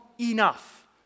enough